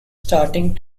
starting